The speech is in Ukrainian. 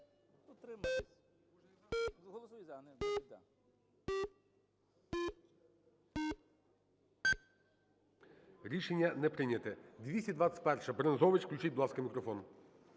Рішення не прийняте. 221-а,Брензович. Включіть, будь ласка, мікрофон.